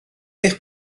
eich